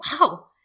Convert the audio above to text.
Wow